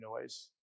noise